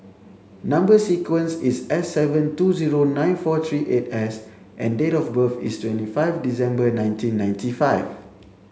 number sequence is S seven two zero nine four three eight S and date of birth is twenty five December nineteen ninety five